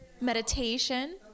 Meditation